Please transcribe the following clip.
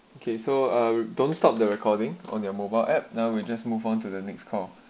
okay so uh don't stop the recording on their mobile app now we just move on to the next call